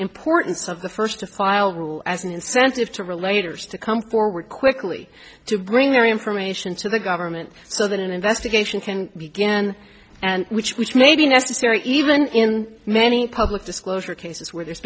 importance of the first to file rule as an incentive to related is to come forward quickly to bring their information to the government so that an investigation can begin and which may be necessary even in many public disclosure cases where there's